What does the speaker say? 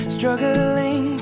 Struggling